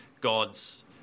God's